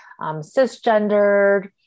cisgendered